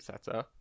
setter